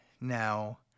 Now